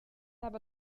have